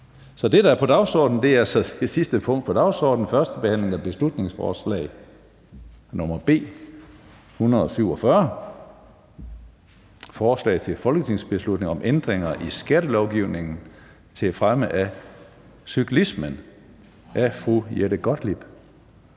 vedtaget. Det er vedtaget. --- Det sidste punkt på dagsordenen er: 12) 1. behandling af beslutningsforslag nr. B 147: Forslag til folketingsbeslutning om ændringer i skattelovgivningen til fremme af cyklismen. Af Jette Gottlieb